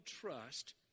trust